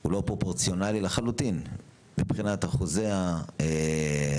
היא לחלוטין לא פרופורציונלית מבחינת אחוזי התקציב